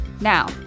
Now